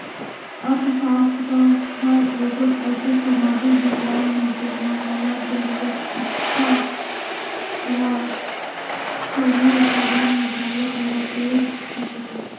अर्थसास्त्र हर एगोट अइसे समाजिक बिग्यान हे जेम्हां हमर जरूरत, इक्छा ल थोरहें साधन में घलो पूरा कइर सके